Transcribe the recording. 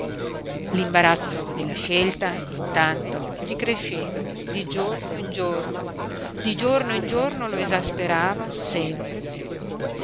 l'imbarazzo della scelta intanto gli cresceva di giorno in giorno di giorno in giorno lo esasperava sempre piú